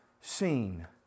seen